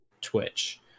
Twitch